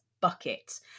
bucket